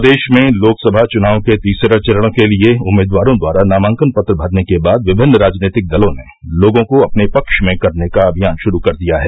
प्रदेश में लोकसभा चुनाव के तीसरे चरण के लिए उम्मीदवारों द्वारा नामांकन पत्र भरने के बाद विभिन्न राजनीतिक दलों ने लोगों को अपने पक्ष में करने का अभियान शुरू कर दिया है